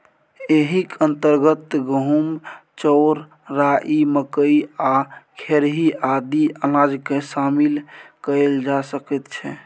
एहिक अंतर्गत गहूम, चाउर, राई, मकई आ खेरही आदि अनाजकेँ शामिल कएल जा सकैत छै